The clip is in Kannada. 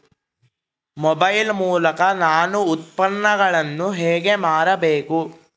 ಮೊಬೈಲ್ ಮೂಲಕ ನಾನು ಉತ್ಪನ್ನಗಳನ್ನು ಹೇಗೆ ಮಾರಬೇಕು?